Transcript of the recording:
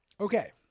okay